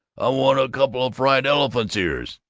i want a couple o' fried elephants' ears.